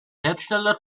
hersteller